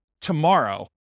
tomorrow